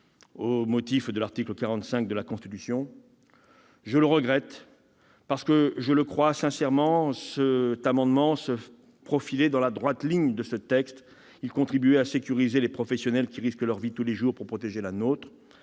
au regard de l'article 45 de la Constitution. Je le regrette, parce que je crois sincèrement que cet amendement s'inscrivait dans la droite ligne de ce texte : j'entendais ainsi contribuer à sécuriser des professionnels qui risquent leur vie tous les jours pour protéger la nôtre.